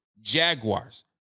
Jaguars